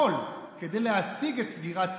הכול כדי להשיג את סגירת תיקו.